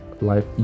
life